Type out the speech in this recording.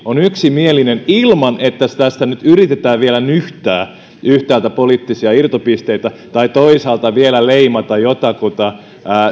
on yksimielinen ilman että tästäkin nyt yritetään vielä nyhtää yhtäältä poliittisia irtopisteitä tai toisaalta vielä leimata jotakuta